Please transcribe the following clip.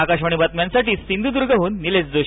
आकाशवाणी बातम्यांसाठी सिंधुद्र्गह्न निलेश जोशी